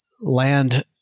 land